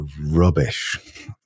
rubbish